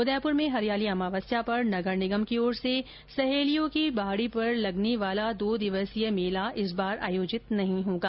उदयपुर में हरियाली अमावस्या पर नगर निगम की ओर से सहेलियों की बाड़ी पर लगने वाला दो दिवसीय मेला इस बार आयोजित नहीं होगा